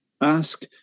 ask